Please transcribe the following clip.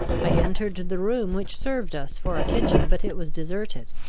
i entered the room which served us for a kitchen, but it was deserted.